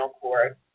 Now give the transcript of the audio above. cord